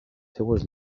seues